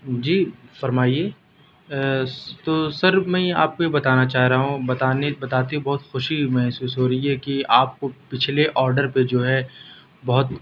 جی فرمائیے تو سر میں یہ آپ کو یہ بتانا چاہ رہا ہوں بتانے بتاتے بہت خوشی محسوس ہو رہی ہے کہ آپ کو پچھلے آرڈر پہ جو ہے بہت